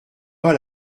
pas